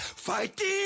Fighting